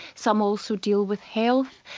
some also deal with health.